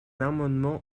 amendement